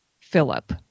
Philip